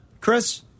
Chris